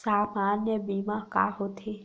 सामान्य बीमा का होथे?